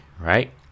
right